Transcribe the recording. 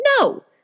No